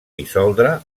dissoldre